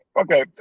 Okay